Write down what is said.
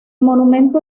monumento